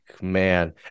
Man